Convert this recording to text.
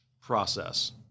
process